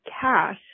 Cash